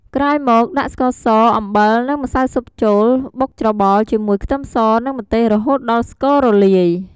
ក្រោយមក ដាក់ស្ករស អំបិល និងម្សៅស៊ុបចូល បុកច្របល់ជាមួយខ្ទឹមសនិងម្ទេសរហូតដល់ស្កររលាយ។